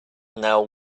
now